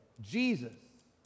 Jesus